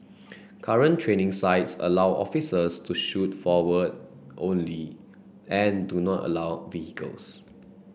current training sites allow officers to shoot forward only and do not allow vehicles